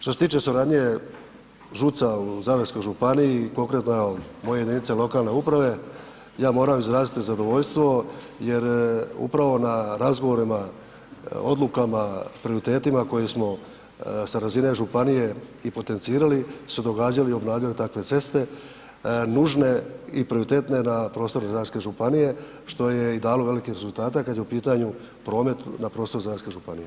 Što se tiče suradnje ŽUC-a u Zadarskoj županiji, konkretno evo moje jedinice lokalne uprave, ja moram izraziti zadovoljstvo jer upravo na razgovorima, odlukama, prioritetima koje smo sa razine županije i potencirali su se događale i obnavljale takve ceste nužne i prioritetne na prostoru Zadarske županije što je i dalo velike rezultate kad je u pitanju promet na prostoru zadarske županije, hvala.